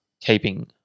keeping